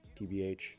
TBH